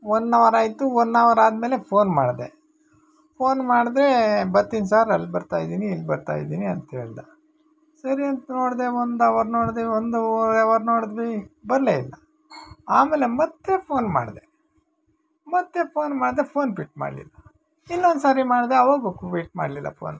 one hour ಆಯಿತು one hour ಆದ ಮೇಲೆ ಫೋನ್ ಮಾಡಿದೆ ಫೋನ್ ಮಾಡಿದೆ ಬರ್ತೀನಿ ಸರ್ ಅಲ್ಲಿ ಬರ್ತಾ ಇದ್ದೀನಿ ಇಲ್ಲಿ ಬರ್ತಾ ಇದ್ದೀನಿ ಅಂತ ಹೇಳ್ದ ಸರಿ ಅಂತ ನೋಡಿದೆ ಒಂದು ಅವರ್ ನೋಡಿದೆ ಒಂದುವರೆ ಅವರ್ ನೋಡಿದ್ವಿ ಬರಲೇ ಇಲ್ಲ ಆಮೇಲೆ ಮತ್ತು ಫೋನ್ ಮಾಡಿದೆ ಮತ್ತೆ ಫೋನ್ ಮಾಡಿದೆ ಫೋನ್ ಪಿಕ್ ಮಾಡ್ಲಿಲ್ಲ ಇನ್ನೊಂದು ಸಾರಿ ಮಾಡಿದೆ ಆವಾಗೂ ಕು ಪಿಕ್ ಮಾಡಲಿಲ್ಲ ಫೋನ್